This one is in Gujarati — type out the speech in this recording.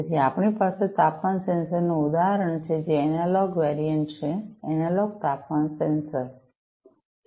તેથીઆપણી પાસે તાપમાન સેન્સરનું ઉદાહરણ છે જે એનાલોગ વેરિએંટછે એનાલોગ તાપમાન સેન્સર છે